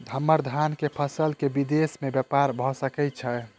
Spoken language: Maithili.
हम्मर धान केँ फसल केँ विदेश मे ब्यपार भऽ सकै छै?